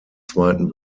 zweiten